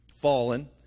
fallen